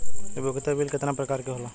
उपयोगिता बिल केतना प्रकार के होला?